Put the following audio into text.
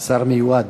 השר המיועד.